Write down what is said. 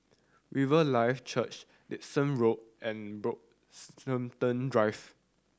Riverlife Church Dickson Road and Brockhampton Drive